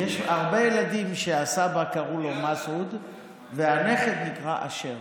יש הרבה ילדים שלסבא קראו מסעוד והנכד נקרא אשר.